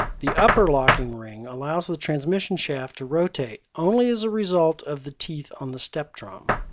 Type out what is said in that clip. the upper locking ring allows the transmission shaft to rotate only as a result of the teeth on the step drum.